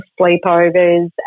sleepovers